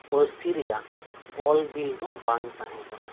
ᱯᱟᱹᱨᱥᱤ ᱨᱮᱭᱟᱜ ᱚᱞ ᱵᱤᱞ ᱫᱚ ᱵᱟᱝ ᱛᱟᱸᱦᱮ ᱠᱟᱱᱟ